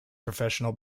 professional